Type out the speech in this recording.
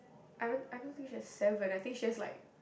I don't I don't think she has seven I think she has like